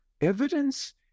evidence